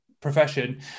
profession